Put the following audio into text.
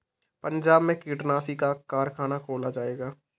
पंजाब में कीटनाशी का कारख़ाना खोला जाएगा